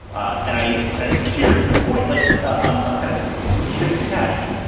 ah and i and i think to your point, like and i'm kind of strings attached.